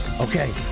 Okay